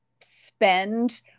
spend